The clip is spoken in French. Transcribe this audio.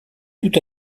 tout